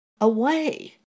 away